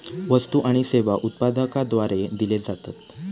वस्तु आणि सेवा उत्पादकाद्वारे दिले जातत